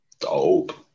Dope